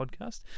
podcast